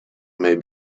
may